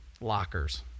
lockers